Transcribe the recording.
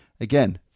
again